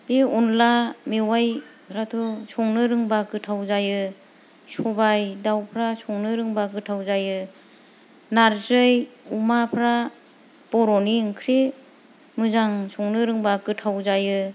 बे अनला मेवाइफ्राथ' संनो रोंबा गोथाव जायो सबाय दाउफ्रा संनो रोंब्ला गोथाव जायो नारजि अमाफ्रा बर'नि ओंख्रि मोजां संनो रोंब्ला गोथाव जायो